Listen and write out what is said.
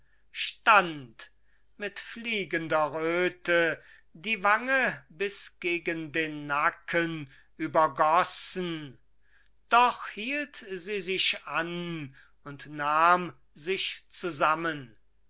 stand mit fliegender röte die wange bis gegen den nacken übergossen doch hielt sie sich an und nahm sich zusammen